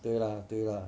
对啦对啦